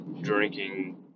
Drinking